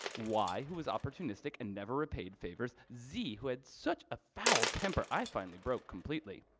y, who was opportunistic and never repaid favors, z, who had such a foul temper, i finally broke completely.